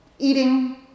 eating